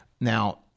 Now